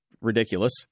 ridiculous